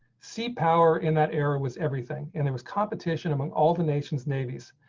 see power in that era was everything and it was competition among all the nations navy's.